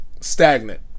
stagnant